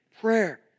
Prayer